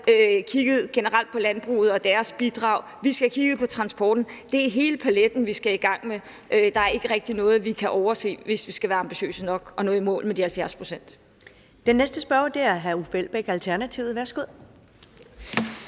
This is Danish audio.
at have kigget generelt på landbruget og deres bidrag. Vi skal have kigget på transportområdet. Det er hele paletten, vi skal i gang med. Der er ikke rigtig noget, vi kan overse, hvis vi skal være ambitiøse nok og nå i mål med de 70 pct. Kl. 15:01 Første næstformand